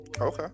Okay